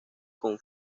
con